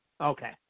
Okay